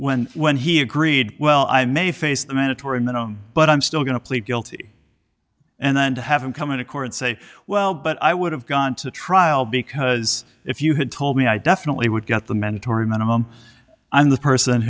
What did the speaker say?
when when he agreed well i may face the mandatory minimum but i'm still going to plead guilty and then to have him come into court and say well but i would have gone to trial because if you had told me i definitely would get the mandatory minimum i'm the person